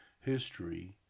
history